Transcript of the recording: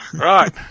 Right